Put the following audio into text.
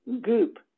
goop